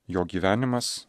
jo gyvenimas